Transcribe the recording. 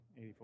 84